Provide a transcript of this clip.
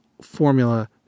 formula